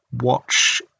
watch